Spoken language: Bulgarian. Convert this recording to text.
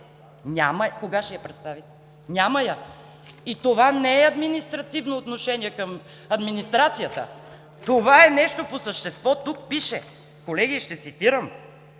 Кога ще я представите? Няма я! Това не е административно отношение към администрацията, това е нещо по същество – тук пише. Колеги, ще цитирам: